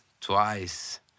twice